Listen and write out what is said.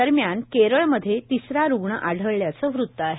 दरम्यान केरळ मध्ये तिसरा रुग्ण आधाल्याचं वृत आहे